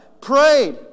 prayed